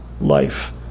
life